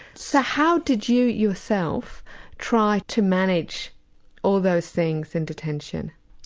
so how did you yourself try to manage all those things in detention?